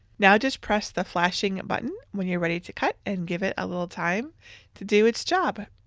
now just press the flashing button when you're ready to cut and give it a little time to do its job.